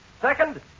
Second